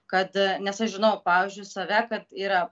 kad nes aš žinau pavyzdžiui save kad yra